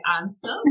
answer